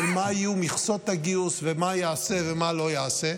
מה יהיו מכסות הגיוס ומה ייעשה ומה לא ייעשה.